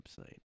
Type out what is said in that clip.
website